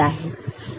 तो यह S3 और S2 है